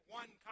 one